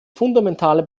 fundamentale